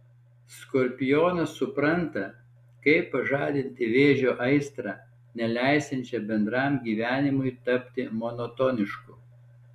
skorpionas supranta kaip pažadinti vėžio aistrą neleisiančią bendram gyvenimui tapti monotonišku